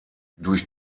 durch